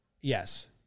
yes